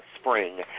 spring